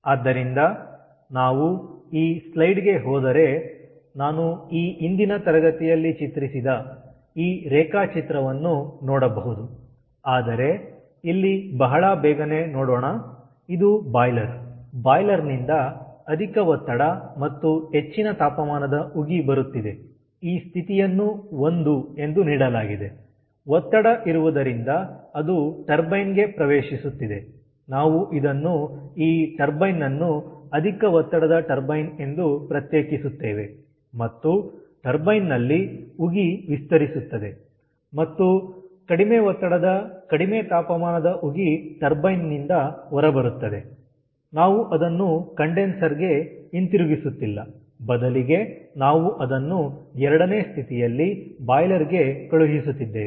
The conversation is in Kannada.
ಆದ್ದರಿಂದ ನಾವು ಈ ಸ್ಲೈಡ್ ಗೆ ಹೋದರೆ ನಾನು ಈ ಹಿಂದಿನ ತರಗತಿಯಲ್ಲಿ ಚಿತ್ರಿಸಿದ ಈ ರೇಖಾಚಿತ್ರವನ್ನು ನೋಡಬಹುದು ಆದರೆ ಇಲ್ಲಿ ಬಹಳ ಬೇಗನೆ ನೋಡೋಣ ಇದು ಬಾಯ್ಲರ್ ಬಾಯ್ಲರ್ ನಿಂದ ಅಧಿಕ ಒತ್ತಡ ಮತ್ತು ಹೆಚ್ಚಿನ ತಾಪಮಾನದ ಉಗಿ ಬರುತ್ತಿದೆ ಈ ಸ್ಥಿತಿಯನ್ನು 1 ಎಂದು ನೀಡಲಾಗಿದೆ ಒತ್ತಡ ಇರುವುದರಿಂದ ಅದು ಟರ್ಬೈನ್ ಗೆ ಪ್ರವೇಶಿಸುತ್ತಿದೆ ನಾವು ಇದನ್ನು ಈ ಟರ್ಬೈನ್ ಅನ್ನು ಅಧಿಕ ಒತ್ತಡದ ಟರ್ಬೈನ್ ಎಂದು ಪ್ರತ್ಯೇಕಿಸುತ್ತೇವೆ ಮತ್ತು ಟರ್ಬೈನ್ ನಲ್ಲಿ ಉಗಿ ವಿಸ್ತರಿಸುತ್ತದೆ ಮತ್ತು ಕಡಿಮೆ ಒತ್ತಡದ ಕಡಿಮೆ ತಾಪಮಾನದ ಉಗಿ ಟರ್ಬೈನ್ ನಿಂದ ಹೊರಬರುತ್ತದೆ ನಾವು ಅದನ್ನು ಕಂಡೆನ್ಸರ್ ಗೆ ಹಿಂತಿರುಗಿಸುತ್ತಿಲ್ಲ ಬದಲಿಗೆ ನಾವು ಅದನ್ನು 2ನೇ ಸ್ಥಿತಿಯಲ್ಲಿ ಬಾಯ್ಲರ್ ಗೆ ಕಳುಹಿಸುತ್ತಿದ್ದೇವೆ